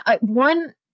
one